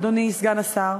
אדוני סגן השר,